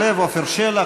יוסף ג'בארין,